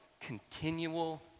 continual